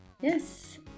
Yes